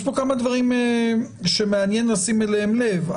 יש פה כמה דברים שמעניין לשים אליהם לב.